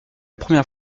première